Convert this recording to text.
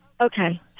okay